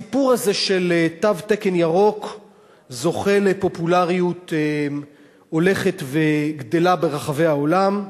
הסיפור הזה של תו תקן ירוק זוכה לפופולריות הולכת וגדלה ברחבי העולם.